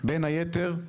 בין היתר,